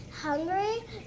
hungry